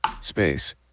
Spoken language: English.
Space